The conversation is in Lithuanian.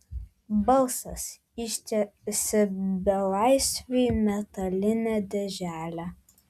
balsas ištiesė belaisviui metalinę dėželę